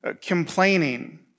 complaining